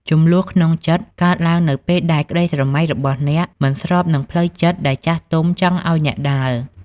ជម្លោះក្នុងចិត្តកើតឡើងនៅពេលដែលក្តីស្រមៃរបស់អ្នក មិនស្របនឹងផ្លូវដែលចាស់ទុំចង់ឱ្យអ្នកដើរ។